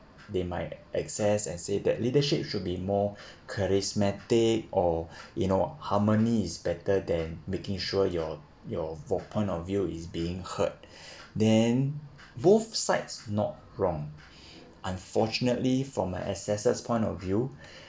they might access and say that leadership should be more charismatic or you know harmony is better than making sure your your v~ point of view is being heard then both sides not wrong unfortunately for my assessors' point of view